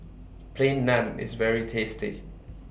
Plain Naan IS very tasty